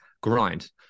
grind